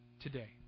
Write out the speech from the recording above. today